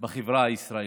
בחברה הישראלית.